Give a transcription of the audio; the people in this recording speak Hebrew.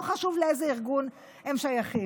לא חשוב לאיזה ארגון הם שייכים.